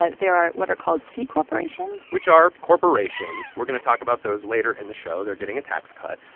ah there are what are called c corporations. which are corporations. we're going to talk about those later in the show. they're getting a tax cut.